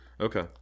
Okay